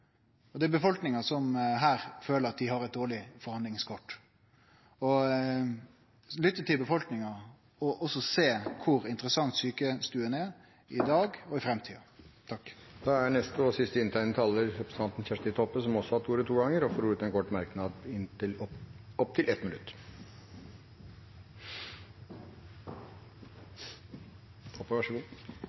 å lytte til befolkninga. Og det er befolkninga som her føler at dei har eit dårleg forhandlingskort. Ein må lytte til befolkninga og sjå kor interessante sjukestuene er i dag og i framtida. Kjersti Toppe har hatt ordet to ganger tidligere og får ordet til en kort merknad,